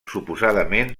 suposadament